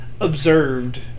observed